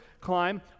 climb